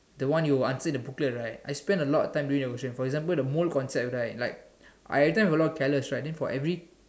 the one you answer in the booklet right I spent a lot time doing the question for example the mole question right I every time got a lot careless right then every